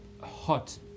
hot